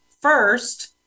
first